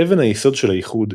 אבן היסוד של האיחוד,